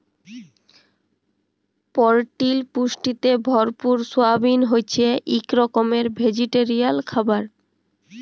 পরটিল পুষ্টিতে ভরপুর সয়াবিল হছে ইক রকমের ভেজিটেরিয়াল খাবার